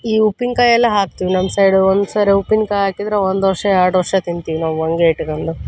ಈ ಉಪ್ಪಿನ್ಕಾಯಿ ಎಲ್ಲ ಹಾಕ್ತೀವಿ ನಮ್ಮ ಸೈಡೂ ಒಂದು ಸರೆ ಉಪ್ಪಿನ್ಕಾಯಿ ಹಾಕಿದರೆ ಒಂದು ವರ್ಷ ಎರಡು ವರ್ಷ ತಿಂತೀವಿ ನಾವು ಹಂಗೆ ಇಟ್ಕಂಡು